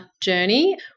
journey